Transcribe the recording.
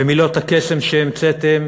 ומילות הקסם שהמצאתם,